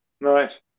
Right